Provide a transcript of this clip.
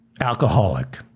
Alcoholic